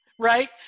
right